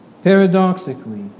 Paradoxically